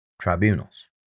tribunals